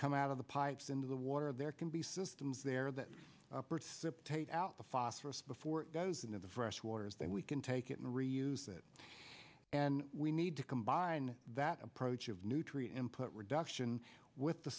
come out of the pipes into the water there can be systems there that perceptor out the phosphorus before it goes into the fresh waters then we can take it and reuse it and we need to combine that approach of nutrient input reduction with the